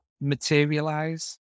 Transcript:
materialize